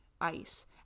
ice